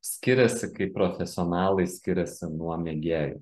skiriasi kaip profesionalai skiriasi nuo mėgėjų